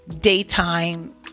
daytime